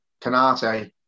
Canate